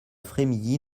frémilly